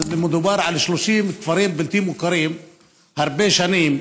מדובר על 30 כפרים בלתי מוכרים הרבה שנים,